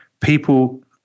people